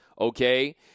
okay